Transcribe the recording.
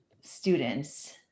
students